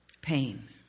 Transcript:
pain